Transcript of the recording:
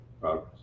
progress